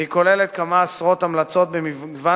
היא כוללת כמה עשרות המלצות במגוון